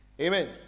Amen